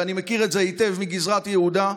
ואני מכיר את זה היטב מגזרת יהודה.